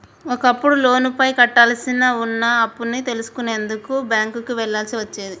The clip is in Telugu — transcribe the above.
ఒకప్పుడు లోనుపైన కట్టాల్సి వున్న అప్పుని తెలుసుకునేందుకు బ్యేంకుకి వెళ్ళాల్సి వచ్చేది